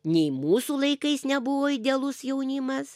nei mūsų laikais nebuvo idealus jaunimas